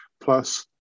plus